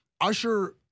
Usher